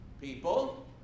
people